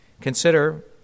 Consider